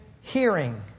hearing